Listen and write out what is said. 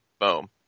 boom